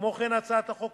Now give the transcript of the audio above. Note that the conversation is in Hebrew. כמו כן הצעת החוק